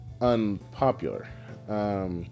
unpopular